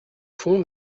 fonds